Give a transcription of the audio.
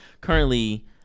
currently